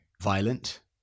violent